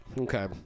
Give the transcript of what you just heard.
Okay